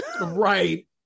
right